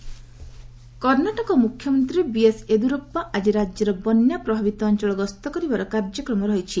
Karnataka flood Karnataka ମୁଖ୍ୟମନ୍ତ୍ରୀ ବିଏସ୍ୟେଦୁରସ୍ପା ଆଜି ରାଜ୍ୟର ବନ୍ୟା ପ୍ରଭାବିତ ଅଞ୍ଚଳ ଗସ୍ତ କରିବାର କାର୍ଯ୍ୟକ୍ରମ ରହିଛି